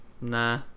Nah